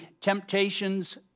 temptations